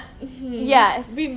yes